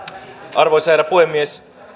arvoisa herra puhemies